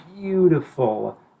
beautiful